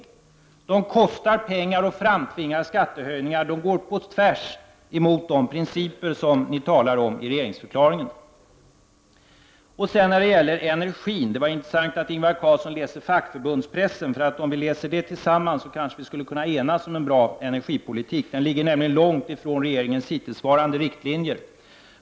Reformerna kostar pengar och tvingar fram skattehöjningar; de går på tvärs mot de principer som ni talar om i regeringsförklaringen. Det var intressant att höra att Ingvar Carlsson läser fackförbundspressen. Om vi läste denna tillsammans kanske vi skulle kunna enas om en bra energipolitik. Det som skrivs om energipolitiken i fackförbundspressen ligger långt ifrån regeringens hittillsvarande riktlinjer.